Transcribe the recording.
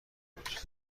بود